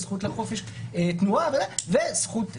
יש זכות לחופש תנועה וזכות לשוויון.